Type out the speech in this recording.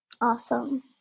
awesome